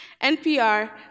NPR